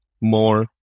more